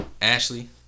Ashley